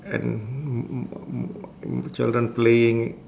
and children playing